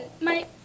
My-